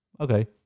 okay